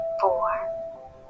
Four